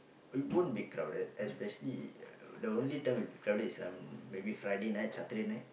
it won't be crowded especially the only time it will be crowded is um maybe Friday night Saturday night